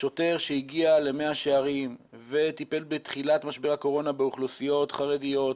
שוטר שהגיע למאה שערים בתחילת משבר הקורונה וטיפל באוכלוסיות חרדיות,